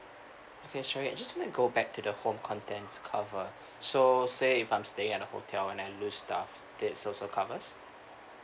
okay sure right just let go back to the home contents cover so say if I'm staying at a hotel and I lose stuff that's also covers